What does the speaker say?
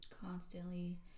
constantly